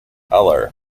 color